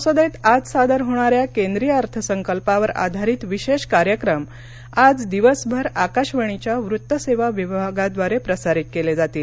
संसदेत आज सादर होणाऱ्या केंद्रीय अर्थसंकल्पावर आधारित विशेष कार्यक्रम आज दिवसभर आकाशवाणीच्या वृत्त सेवा विभागाद्वारे प्रसारित केले जातील